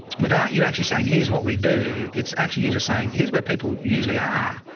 without you actually saying, here's what we do. it's actually, you're just saying, here's where people usually are.